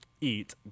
Eat